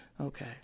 Okay